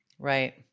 Right